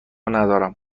ندارم